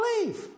leave